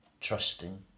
trusting